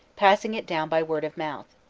passing it down by word of mouth.